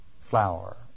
flower